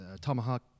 tomahawk